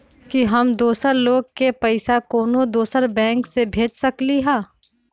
कि हम दोसर लोग के पइसा कोनो दोसर बैंक से भेज सकली ह?